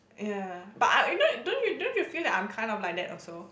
ya but I you know don't you don't you feel like I'm kind of like that also